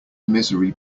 misery